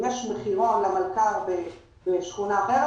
אם יש מחירון למלכ"ר בשכונה אחרת,